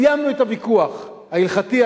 סיימנו את הוויכוח ההלכתי,